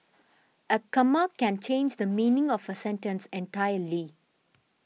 a comma can change the meaning of a sentence entirely